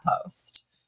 post